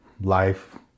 life